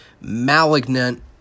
malignant